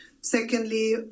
Secondly